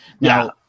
Now